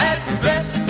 Address